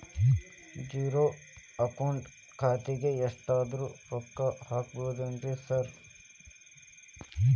Zero account ಖಾತ್ಯಾಗ ಎಷ್ಟಾದ್ರೂ ರೊಕ್ಕ ಹಾಕ್ಬೋದೇನ್ರಿ ಸಾರ್?